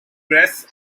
dress